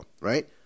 right